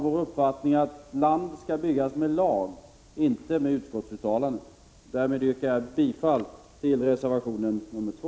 Det är vår uppfattning att land skall byggas med lag, inte med utskottsuttalanden. Därmed yrkar jag bifall till reservation 2.